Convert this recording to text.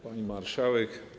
Pani Marszałek!